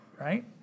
right